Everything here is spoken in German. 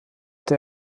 der